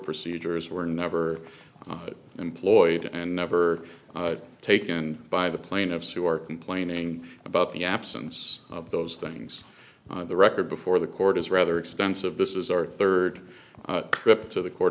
procedures were never employed and never taken by the plaintiffs who are complaining about the absence of those things the record before the court is rather extensive this is our third trip to the court